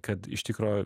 kad iš tikro